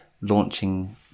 launching